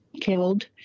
killed